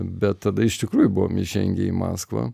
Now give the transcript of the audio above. bet tada iš tikrųjų buvom įžengę į maskvą